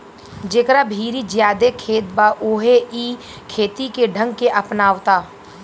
जेकरा भीरी ज्यादे खेत बा उहे इ खेती के ढंग के अपनावता